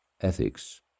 ethics